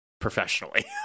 professionally